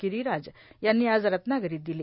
गिरीराज यांनी आज रत्नागिरीत दिली